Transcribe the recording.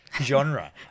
genre